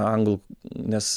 anglų nes